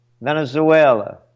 Venezuela